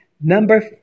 Number